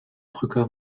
brücke